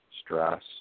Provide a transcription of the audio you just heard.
stress